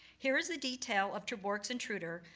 here is the detail of ter borch's intruder,